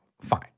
fine